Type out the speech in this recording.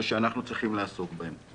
ושאנחנו צריכים לעסוק בהם.